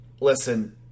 Listen